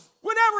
whenever